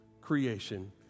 creation